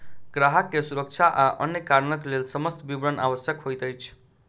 ग्राहक के सुरक्षा आ अन्य कारणक लेल समस्त विवरण आवश्यक होइत अछि